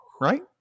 right